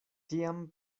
tiam